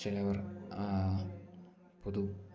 ചിലവർ പൊതു